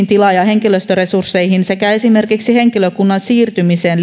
tila ja henkilöstöresurssit sekä esimerkiksi henkilökunnan siirtymiseen